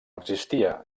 existia